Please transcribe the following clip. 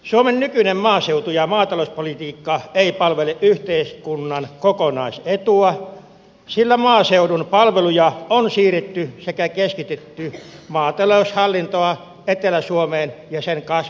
suomen nykyinen maaseutu ja maatalouspolitiikka ei palvele yhteiskunnan kokonaisetua sillä maaseudun palveluja on siirretty sekä maataloushallintoa keskitetty etelä suomeen ja sen kasvukeskuksiin